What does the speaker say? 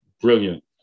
Brilliant